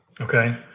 Okay